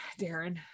Darren